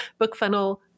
Bookfunnel